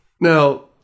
Now